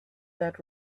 that